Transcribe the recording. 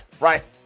right